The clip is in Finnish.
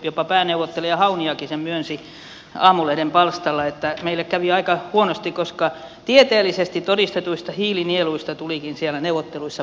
jopa pääneuvottelija hauniokin sen myönsi aamulehden palstalla että meille kävi aika huonosti koska tieteellisesti todistetuista hiilinieluista tulikin siellä neuvotteluissa päästöjä